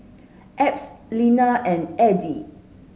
Ebb Linna and Eddie